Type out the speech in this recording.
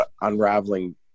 unraveling